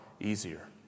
easier